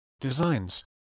designs